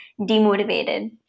demotivated